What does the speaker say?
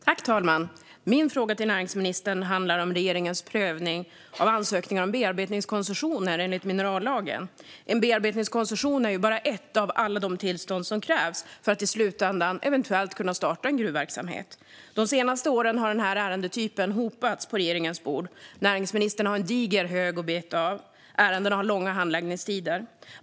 Fru talman! Min fråga till näringsministern handlar om regeringens prövning av ansökningar om bearbetningskoncessioner enligt minerallagen. En bearbetningskoncession är bara ett av alla tillstånd som krävs för att i slutändan eventuellt kunna starta en gruvverksamhet. De senaste åren har denna ärendetyp hopats på regeringens bord. Näringsministern har en diger hög att beta av, och ärendena har långa handläggningstider.